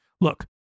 Look